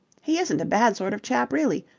he isn't a bad sort of chap, really.